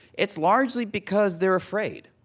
it's largely because they're afraid.